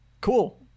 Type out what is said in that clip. Cool